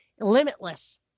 limitless